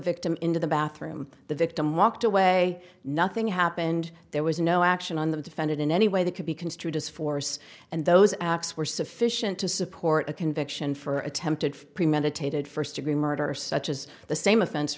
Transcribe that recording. victim into the bathroom the victim walked away nothing happened there was no action on the defendant in any way that could be construed as force and those acts were sufficient to support a conviction for attempted premeditated first degree murder such as the same offense